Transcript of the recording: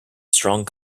strong